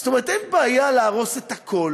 זאת אומרת, אין בעיה להרוס את הכול,